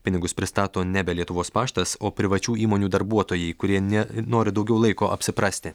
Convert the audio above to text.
pinigus pristato nebe lietuvos paštas o privačių įmonių darbuotojai kurie ne nori daugiau laiko apsiprasti